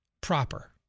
proper